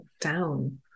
down